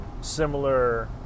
similar